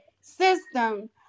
system